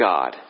God